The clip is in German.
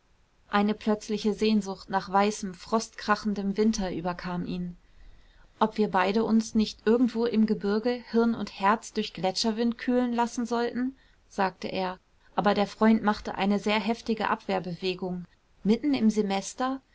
eine plötzliche sehnsucht nach weißem frostkrachendem winter überkam ihn ob wir beide uns nicht irgendwo im gebirge hirn und herz durch gletscherwind kühlen lassen sollten sagte er aber der freund machte eine sehr heftige abwehrbewegung mitten im semester